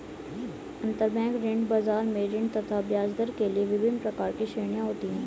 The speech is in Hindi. अंतरबैंक ऋण बाजार में ऋण तथा ब्याजदर के लिए विभिन्न प्रकार की श्रेणियां होती है